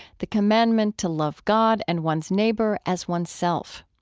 the commandment to love god and one's neighbor as oneself.